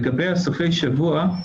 לגבי הסופי-שבוע,